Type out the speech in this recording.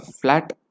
flat